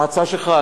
ההצעה שלך,